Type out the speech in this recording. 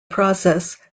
process